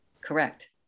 Correct